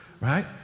right